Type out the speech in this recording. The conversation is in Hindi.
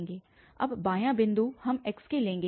अब बायाँ बिंदु हम xk लेंगे और दायाँ बिंदु हम bk लेंगे